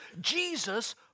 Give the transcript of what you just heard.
Jesus